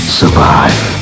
survive